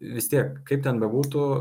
vis tiek kaip ten bebūtų